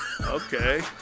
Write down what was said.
Okay